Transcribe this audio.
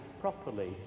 properly